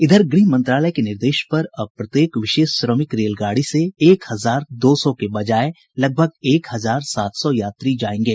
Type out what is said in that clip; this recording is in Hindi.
इधर गृह मंत्रालय के निर्देश पर अब प्रत्येक विशेष श्रमिक रेलगाड़ी में एक हजार दो सौ के बजाय लगभग एक हजार सात सौ यात्री जाएंगे